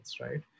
right